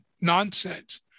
nonsense